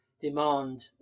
demand